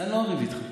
אני לא אריב איתך.